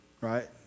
right